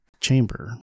chamber